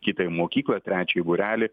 kitą į mokyklą į trečiai būrelį